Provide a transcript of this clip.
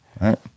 Right